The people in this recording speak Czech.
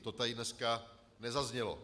To tady dneska nezaznělo.